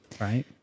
right